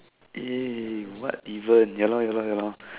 what even ya lah ya lah ya lah